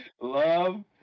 Love